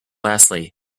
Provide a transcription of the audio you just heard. lastly